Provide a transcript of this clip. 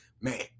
Man